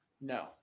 no